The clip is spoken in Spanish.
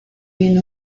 bien